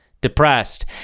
depressed